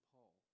Paul